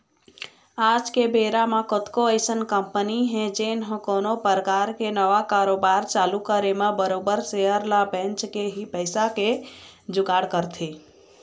आज के बेरा म कतको अइसन कंपनी हे जेन ह कोनो परकार के नवा कारोबार चालू करे म बरोबर सेयर ल बेंच के ही पइसा के जुगाड़ करथे